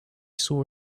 saw